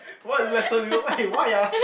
what lesson you will eh why ah